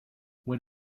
what